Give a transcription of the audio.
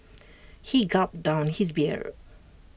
he gulped down his beer